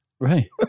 Right